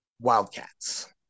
Wildcats